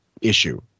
issue